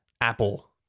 Apple